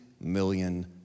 million